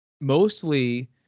mostly